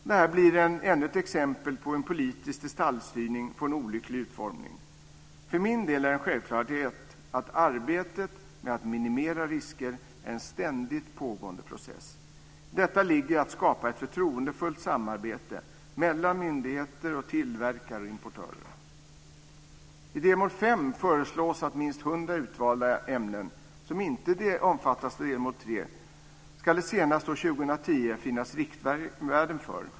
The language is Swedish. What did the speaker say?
Detta blir ännu ett exempel på hur en politisk detaljstyrning får en olycklig utformning. För min del är det en självklarhet att arbetet med att minimera risker är en ständigt pågående process. I detta ligger att skapa ett förtroendefullt samarbete mellan myndigheter och tillverkare och importörer. I delmål 5 föreslås att det senast år 2010 ska finnas riktvärden för minst 100 utvalda ämnen som inte omfattas av delmål 3.